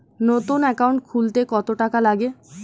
নতুন একাউন্ট খুলতে কত টাকা লাগে?